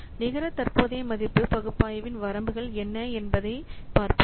நிகர தற்போதைய மதிப்பு பகுப்பாய்வின் வரம்புகள் என்ன என்பதைப் பார்ப்போம்